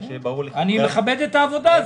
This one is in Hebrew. אני מכבד את העבודה.